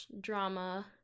drama